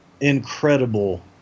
incredible